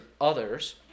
others